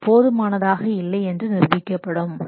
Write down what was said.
அது போதுமானதாக இல்லை என்று நிரூபிக்கப்படும்